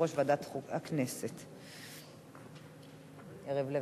יושב-ראש ועדת הכנסת יריב לוין.